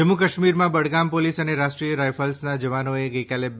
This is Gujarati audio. જમ્મુ કાશ્મીરમાં બડગામ પોલીસ અને રાષ્ટ્રીય રાયફલ્સના જવાનોએ ગઈકાલે બે